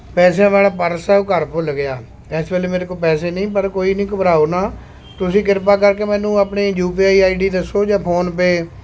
ਪੈਸਿਆਂ ਵਾਲਾ ਪਰਸ ਆ ਓਹ ਘਰ ਭੁੱਲ ਗਿਆ ਇਸ ਵੇਲੇ ਮੇਰੇ ਕੋਲ ਪੈਸੇ ਨਹੀਂ ਪਰ ਕੋਈ ਨਹੀਂ ਘਬਰਾਓ ਨਾ ਤੁਸੀਂ ਕਿਰਪਾ ਕਰਕੇ ਮੈਨੂੰ ਆਪਣੀ ਪੀ ਆਈ ਆਈ ਡੀ ਦੱਸੋ ਜਾਂ ਫੋਨ ਪੇਅ